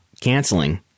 canceling